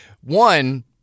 One